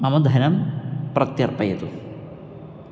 मम धनं प्रत्यर्पयतु